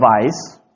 device